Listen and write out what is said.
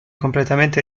completamente